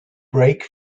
brake